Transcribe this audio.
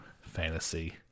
Fantasy